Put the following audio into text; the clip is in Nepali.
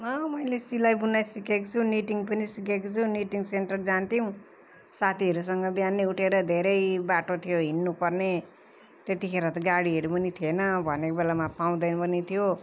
अँ मैले सिलाई बुनाई सिकेको छु निटिङ पनि सिकेको छु निटिङ सेन्टर जान्थ्यौँ साथीहरूसँग बिहानै उठेर धेरै बाटो थियो हिँड्नु पर्ने त्यति खेर त गाडीहरू पनि थिएन भनेको बेलामा पाउँदैन पनि थियो